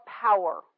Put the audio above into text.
power